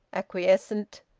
acquiescent,